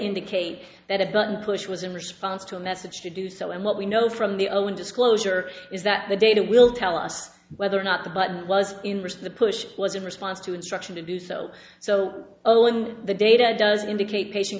indicate that a button push was in response to a message to do so and what we know from the own disclosure is that the data will tell us whether or not the button was in risk the push was in response to instruction to do so so oh and the data doesn't indicate patient